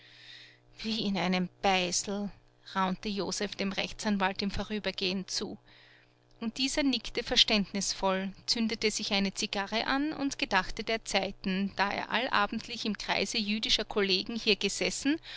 wie in einem beisel raunte josef dem rechtsanwalt im vorübergehen zu und dieser nickte verständnisvoll zündete sich eine zigarre an und gedachte der zeiten da er allabendlich im kreise jüdischer kollegen hier gesessen